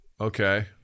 okay